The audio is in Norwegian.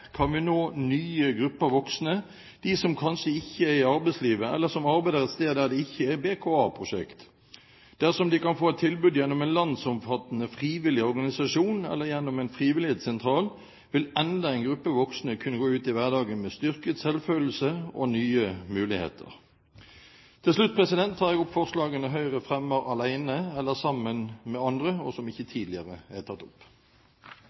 kan vi nå nye grupper voksne, de som kanskje ikke er i arbeidslivet, eller som arbeider et sted der det ikke er BKA-prosjekt. Dersom de kan få et tilbud gjennom en landsomfattende frivillig organisasjon, eller gjennom en frivillighetssentral, vil enda en gruppe voksne kunne gå ut i hverdagen med styrket selvfølelse og nye muligheter. Til slutt tar jeg opp forslagene Høyre fremmer alene eller sammen med andre, og som ikke tidligere er tatt opp.